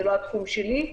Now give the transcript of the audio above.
זה לא התחום שלי,